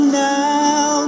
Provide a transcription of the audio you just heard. now